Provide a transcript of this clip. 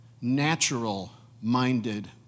natural-minded